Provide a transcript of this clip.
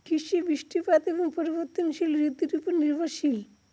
কৃষি বৃষ্টিপাত এবং পরিবর্তনশীল ঋতুর উপর নির্ভরশীল